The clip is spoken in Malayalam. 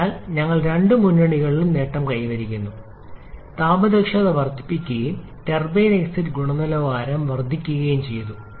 അതിനാൽ ഞങ്ങൾ രണ്ട് മുന്നണികളിലും നേട്ടം കൈവരിക്കുന്നു താപ ദക്ഷത വർദ്ധിക്കുകയും ടർബൈൻ എക്സിറ്റ് ഗുണനിലവാരവും വർദ്ധിക്കുകയും ചെയ്തു